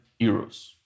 euros